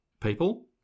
people